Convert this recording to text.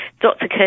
Dr